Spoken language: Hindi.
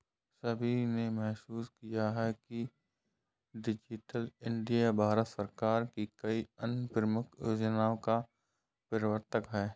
सभी ने महसूस किया है कि डिजिटल इंडिया भारत सरकार की कई अन्य प्रमुख योजनाओं का प्रवर्तक है